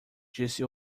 disse